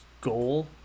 goal